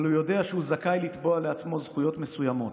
אבל הוא יודע שהוא זכאי לתבוע לעצמו זכויות מסוימות,